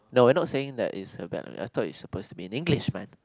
no we're not saying that it's her bad I thought it's supposed to be in English man